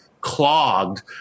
clogged